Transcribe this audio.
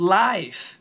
life